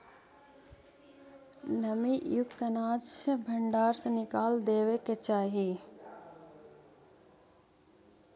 नमीयुक्त अनाज के भण्डार से निकाल देवे के चाहि